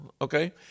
okay